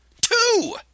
Two